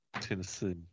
Tennessee